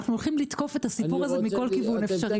אנחנו הולכים לתקוף את הסיפור הזה מכל כיוון אפשרי,